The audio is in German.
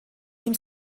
ihm